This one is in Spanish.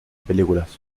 películas